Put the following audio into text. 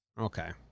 Okay